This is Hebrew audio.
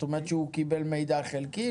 זאת אומרת שהוא קיבל מידע חלקי?